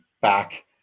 back